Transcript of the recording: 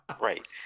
right